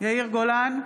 יאיר גולן,